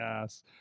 yes